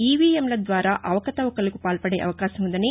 ఈవీఎంల ద్వారా అవకతవకలకు పాల్పడే అవకాశం ఉందని